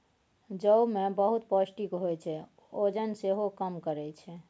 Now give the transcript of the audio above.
जौ मे बहुत पौष्टिक होइ छै, ओजन सेहो कम करय छै